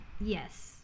Yes